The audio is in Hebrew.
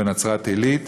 בנצרת-עילית,